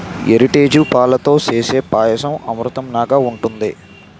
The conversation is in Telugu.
ఎరిటేజు పాలతో సేసే పాయసం అమృతంనాగ ఉంటది